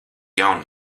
jaunu